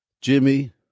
Jimmy